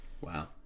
wow